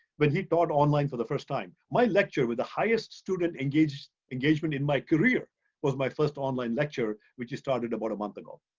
when he taught online for the first time. my lecture with the highest student engagement engagement in my career was my first online lecture, which has started about a month ago.